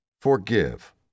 Forgive